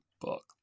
book